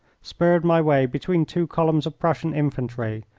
spurred my way between two columns of prussian infantry,